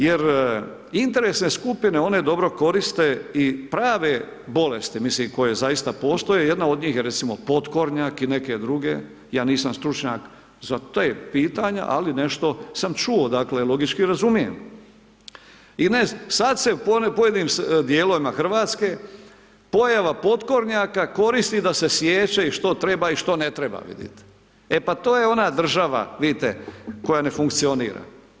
Jer interesne skupine, one dobro koriste i prave bolesti, mislim koje zaista postoje, jedna od njih je recimo potkornjak i neke druge, ja nisam stručnjak za ta pitanja, ali nešto sam čuo, dakle logički razumijem, i ne, sad se pojedinim dijelovima Hrvatske pojava potkoranjaka koristi d se siječe i što treba, i što ne treba vidite, e pa to je ona država vidite, koja ne funkcionira.